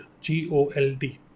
g-o-l-d